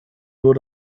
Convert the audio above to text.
nur